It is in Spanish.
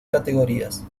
categorías